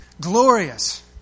glorious